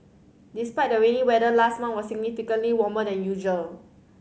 despite the rainy weather last month was significantly warmer than usual